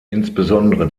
insbesondere